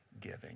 giving